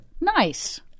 Nice